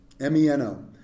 M-E-N-O